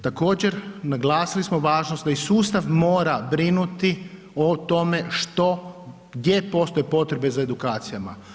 Također naglasili smo važnost da i sustav mora brinuti o tome gdje postoje potrebe za edukacijama.